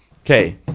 Okay